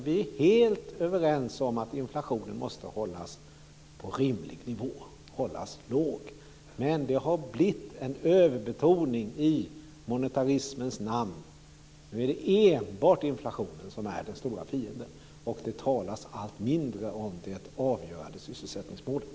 Vi är helt överens om att inflationen måste hållas på en rimlig nivå och hållas låg men det har blivit en överbetoning i monetarismens namn. Nu är det enbart inflationen som är den stora fienden. Det talas allt mindre om det avgörande sysselsättningsmålet.